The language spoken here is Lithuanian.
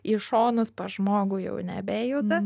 į šonus pas žmogų jau nebejuda